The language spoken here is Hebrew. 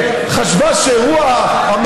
חבריי חברי הכנסת,